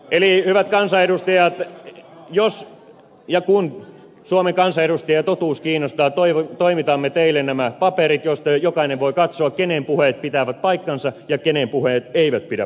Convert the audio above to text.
eli hyvät kansanedustajat jos ja kun suomen kansanedustajia totuus kiinnostaa toimitamme teille nämä paperit joista jokainen voi katsoa kenen puheet pitävät paikkansa ja kenen puheet eivät pidä paikkaansa